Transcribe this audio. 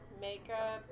makeup